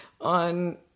on